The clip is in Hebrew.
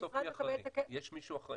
המשרד יקבל את הכסף --- בסוף מי אחראי?